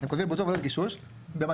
אתם כותבים בוצעו עבודות גישוש,